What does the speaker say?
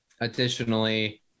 additionally